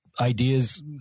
ideas